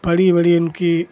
बड़ी बड़ी उनकी